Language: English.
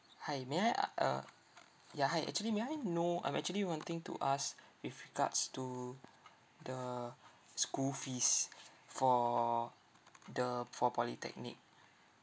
hi may I uh uh ya hi actually may I know I'm actually wanting to ask with regards to the school fees for the for polytechnic